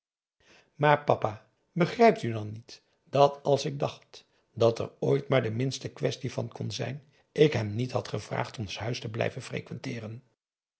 maar papa begrijpt u dan niet dat als ik dacht dat er ooit maar de minste quaestie van kon zijn ik hem niet had gevraagd ons huis te blijven